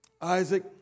Isaac